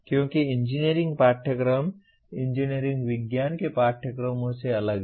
क्योंकि इंजीनियरिंग पाठ्यक्रम इंजीनियरिंग विज्ञान के पाठ्यक्रमों से अलग हैं